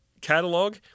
catalog